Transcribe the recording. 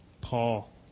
Paul